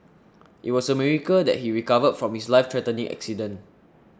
it was a miracle that he recovered from his lifethreatening accident